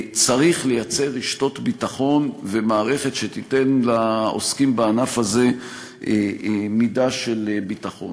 צריך לייצר רשתות ביטחון ומערכת שתיתן לעוסקים בענף הזה מידה של ביטחון.